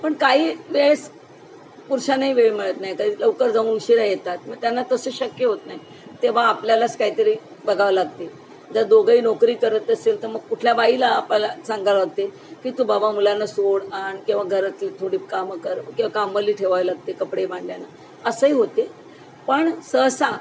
पण काही वेळेस पुरुषांनाही वेळ मिळत नाही काही लवकर जाऊन उशीरा येतात मग त्यांना तसं शक्य होत नाई तेव्हा आपल्यालाच काहीतरी बघावं लागते जर दोघंही नोकरी करत असेल तर मग कुठल्या बाईला आपल्याला सांगावं लागते की तू बाबा मुलांना सोड आण किंवा घरातली थोडी कामं कर किंवा कामवाली ठेवावं लागते कपडे भांड्याना असंही होते पण सहसा